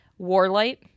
Warlight